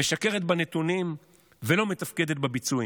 משקרת בנתונים ולא מתפקדת בביצועים.